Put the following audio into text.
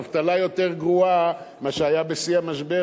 אבטלה יותר גרועה ממה שהיה בשיא המשבר,